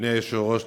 אדוני היושב-ראש,